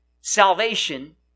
Salvation